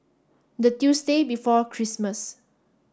the Tuesday before Christmas